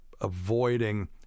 avoiding